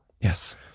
Yes